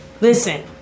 Listen